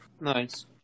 Nice